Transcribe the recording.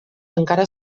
encara